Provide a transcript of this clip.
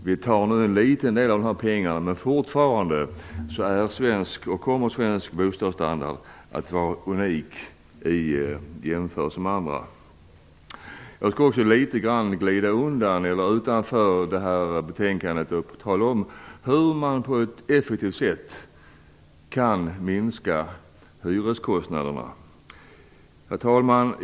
Vi tar nu en liten del av de pengarna, men fortfarande kommer svensk bostadsstandard att vara unik i jämförelse med förhållandena i andra länder. Jag skall också gå litet grand utanför betänkandet och tala om hur man på ett effektivt sätt kan minska hyreskostnaderna. Herr talman!